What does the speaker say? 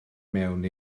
mewn